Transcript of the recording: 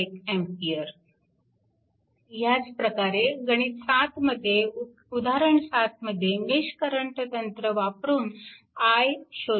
31A ह्याच प्रकारे गणित 7मध्ये उदाहरण 7 मध्ये मेश करंट तंत्र वापरून i शोधा